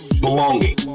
belonging